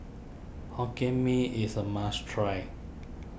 Hokkien Mee is a must try